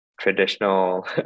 traditional